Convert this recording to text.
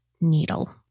needle